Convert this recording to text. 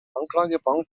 anklagebank